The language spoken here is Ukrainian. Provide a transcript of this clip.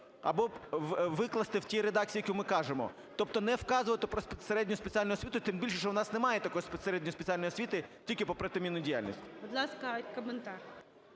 або викласти в тій редакції, в якій ми кажемо. Тобто не вказувати про середню вищу освіту, тим більше що у нас немає такої середньої спеціальної освіти, тільки про протимінну діяльність. ГОЛОВУЮЧИЙ. Будь ласка, коментар.